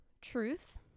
truth